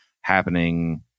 happening